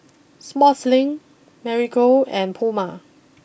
Sportslink Marigold and Puma